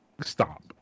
stop